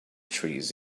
trees